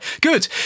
good